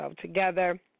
together